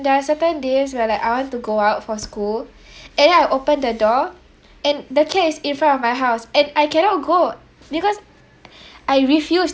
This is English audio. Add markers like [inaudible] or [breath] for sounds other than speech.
there are certain days where like I want to go out for school [breath] and then I open the door and the cat is in front of my house and I cannot go because I refuse